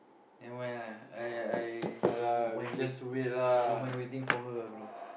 never mind lah I I don't mind wait don't mind waiting for her ah bro